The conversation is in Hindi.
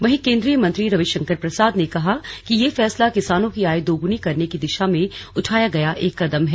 वहीं केन्द्रीय मंत्री रविशंकर प्रसाद ने कहा कि यह फैसला किसानों की आय दोगुनी करने की दिशा में उठाया गया एक कदम है